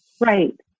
right